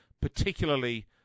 particularly